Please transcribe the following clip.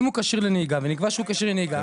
אם הוא כשיר לנהיגה ונקבע שהוא כשיר לנהיגה,